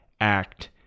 act